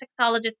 sexologist